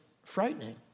Frightening